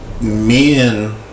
men